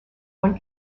one